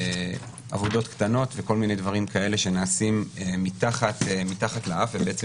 עבודות קטנות וכל מיני דברים כאלה שנעשים מתחת לאף ובעצם